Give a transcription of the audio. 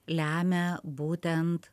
lemia būtent